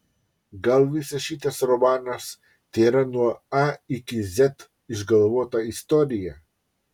gal visas šitas romanas tėra nuo a iki z išgalvota istorija